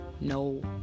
no